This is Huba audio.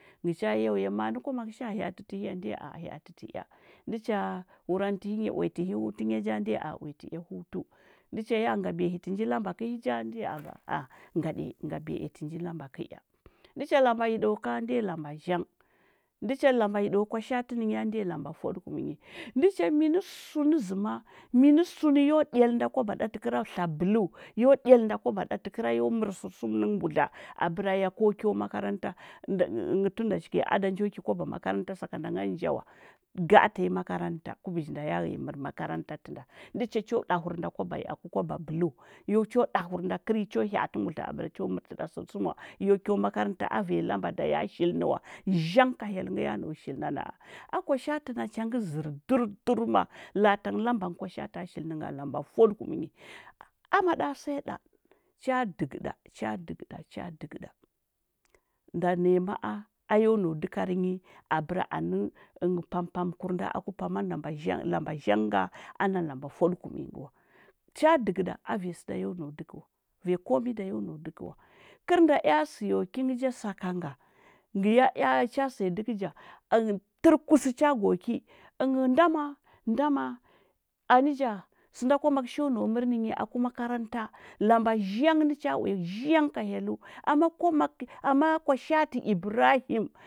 Ngɚr cha jau ya, a hya’ati tɚhi ya? Ndiya aa hya’ati ti ea ndɚcha wurandɚ hi ya nga ti hutu nya ja? Ndɚya aa uya tɚea hutu ndɚ cha ya, ngabiya tɚnji lamba kɚli ja? Ndɚ ya a aa ngabiya ea tɚnji lamba kɚ ea ndɚ cha lamba yiɗwa ka? Ndɚya lamba zhang. Ndɚ cha lamba yiɗawa kwa shata ninya? Ndɚ ya lamba fwaɗɚkumnyi ndɚ cha minɚ sɚmɚ zɚma mɚnɚ yo dahinda kwaba ɗa tɚ kɚra tla bolɚu, yo ahinda kwaba ɗa tɚ ɚra yo mɚrɚ sɚr sɚmɚ nɚnghɚ mbudla abɚra ya ko kyo makanta tunda shike ada njo ki kwaba makaranta sakanda ngan ja wa. Gaa tanyi makaranta ku biji nda ya ghɚya mɚrɚ makaranta tɚnda ndɚ cha cho ɗahurada kwaba nyi aku kwaba bɚlɚu cho ɗahurda kɚrnyi cho hyaati mbudla abɚra cho mɚrtɚɗa sɚrsɚma yo kyo makaranta a vanyi lambe da ya shilini wa, zhang ka hyel ngɚ ya nau shilihi na’a a kwashatu nachangɚ zɚr dur dur ma laa tangaɚ lamba ngɚ kwashata shilini nga, lamba fwaɗɚkum nyi ama ɗa siyaɗa, cha dɚgɚda, cha dɚgɚɗa, cha dɚgɚɗa nda naya ma’a ayo nau dɚkan nyi abɚra anɚ pam pam kur nda aku lamba zhang lamba zhng nga ana lamba fwaɗa kum nyi ngɚ wa cha dɚgɚɗa a vanyi sɚda yo nau dɚkɚwa vanyi kmi da yo nau dɚkɚ wai kɚr nda ea siyo ki ngɚ ja sakanga ngɚ ya ea cha sɚya dɚkɚ ja turkusɚ cha go ki ndama ndama anɚ ja sɚnda kwamak sho nau mɚrɚ ninyi atku makaranta lamba zhang nɚ cha uya, zhang ka hyel u ama kwamak ama kwashatu ibrahim.